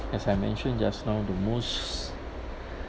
as I mentioned just now the most